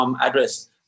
address